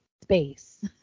space